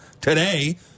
today